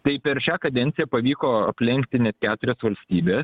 tai per šią kadenciją pavyko aplenkti net keturias valstybes